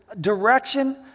direction